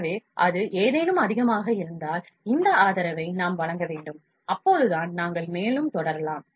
எனவே அது ஏதேனும் அதிகமாக இருந்தால் இந்த ஆதரவை நாம் வழங்க வேண்டும் அப்போதுதான் நாங்கள் மேலும் தொடரலாம்